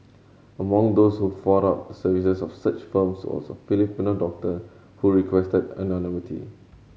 among those who fought out the services of such firms was a Filipino doctor who requested anonymity